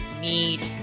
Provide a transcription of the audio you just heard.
need